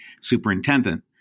superintendent